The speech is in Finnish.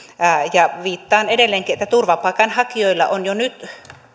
ja viittaan edelleenkin että turvapaikanhakijoilla on jo nyt